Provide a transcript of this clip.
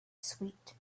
sweet